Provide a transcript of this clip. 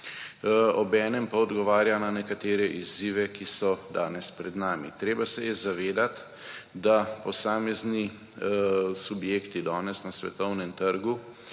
obenem pa odgovarja na nekatere izzive, ki so danes pred nami. Treba se je zavedati, da posamezni subjekti danes na svetovnem trgu